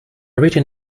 written